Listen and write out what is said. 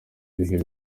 bihe